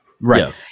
Right